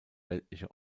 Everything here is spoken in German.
weltliche